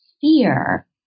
fear